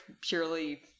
purely